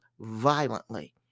violently